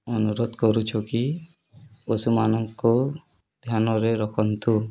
ଅନୁରୋଧ କରୁଛୁ କି ପଶୁମାନଙ୍କୁ ଧ୍ୟାନରେ ରଖନ୍ତୁ